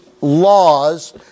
laws